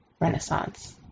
Renaissance